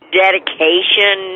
dedication